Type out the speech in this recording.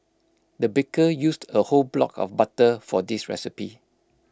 the baker used A whole block of butter for this recipe